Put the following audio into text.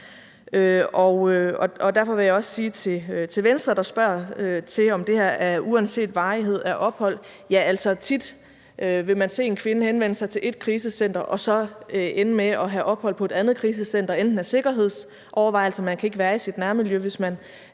Derfor vil jeg også sige til Venstre, der spørger, om det her er uanset varigheden af opholdet. Ja, altså, tit vil man se en kvinde henvende sig til ét krisecenter og så ende med at have ophold på et andet krisecenter, enten af sikkerhedsovervejelser – man kan ikke være i sit nærmiljø, hvis man